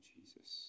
Jesus